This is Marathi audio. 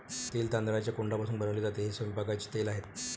तेल तांदळाच्या कोंडापासून बनवले जाते, ते स्वयंपाकाचे तेल आहे